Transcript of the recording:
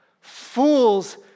Fools